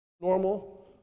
normal